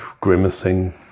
grimacing